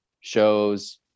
shows